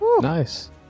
Nice